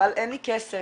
אבל אין לי כסף.